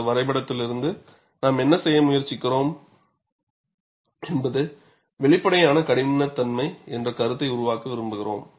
இந்த வரைபடத்திலிருந்து நாம் என்ன செய்ய முயற்சிக்கிறோம் என்பது வெளிப்படையான கடினத்தன்மை என்ற கருத்தை உருவாக்க விரும்புகிறோம்